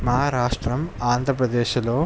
మా రాష్ట్రం ఆంధ్రప్రదేశ్లో